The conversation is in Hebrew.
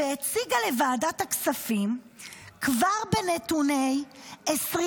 והציגה לוועדת הכספים כבר בנתוני 2023